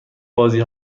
بازی